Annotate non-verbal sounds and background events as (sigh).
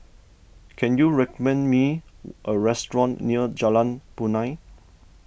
can you recommend me (noise) a restaurant near Jalan Punai